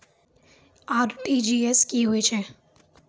RTGS की होय छै?